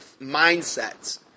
mindsets